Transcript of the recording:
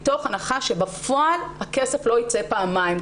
מתוך הנחה שבפועל הכסף לא יצא פעמיים.